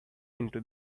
into